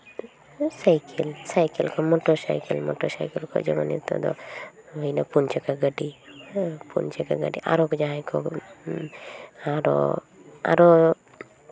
cycle cycle ᱠᱷᱚᱱ motorcycle motorcycle ᱠᱷᱚᱡ ᱡᱮᱢᱚᱱ ᱱᱤᱛᱚᱜ ᱫᱚ ᱦᱩᱭᱱᱟ ᱯᱩᱱ ᱪᱟᱠᱟ ᱜᱟᱹᱰᱤ ᱦᱮᱸ ᱯᱩᱱ ᱪᱟᱠᱟ ᱜᱟᱹᱰᱤ ᱟᱨᱚ ᱡᱟᱦᱟᱸᱭ ᱠᱚ ᱟᱨᱚ ᱟᱨᱚ